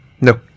No